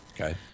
Okay